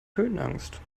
höhenangst